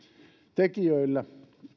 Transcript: tekijöillä